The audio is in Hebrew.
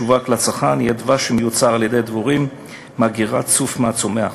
משווק לצרכן יהיה דבש שמיוצר על-ידי הדבורים מאגירת צוף מהצומח.